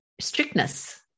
strictness